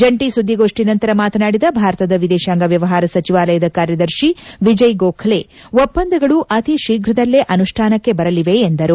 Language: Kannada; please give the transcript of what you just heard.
ಜಂಟಿ ಸುದ್ದಿಗೋಷ್ಣಿ ನಂತರ ಮಾತನಾಡಿದ ಭಾರತದ ವಿದೇಶಾಂಗ ವ್ಯವಹಾರ ಸಚಿವಾಲಯದ ಕಾರ್ಯದರ್ಶಿ ವಿಜಯ್ ಗೋಖಲೆ ಒಪ್ಪಂದಗಳು ಅತಿ ಶೀಫ್ರದಲ್ಲೇ ಅನುಷ್ಣಾನಕ್ಕೆ ಬರಲಿದೆ ಎಂದರು